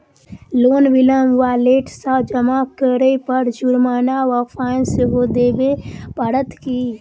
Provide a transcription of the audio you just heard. Loan विलंब वा late सँ जमा करै पर जुर्माना वा फाइन सेहो देबै पड़त की?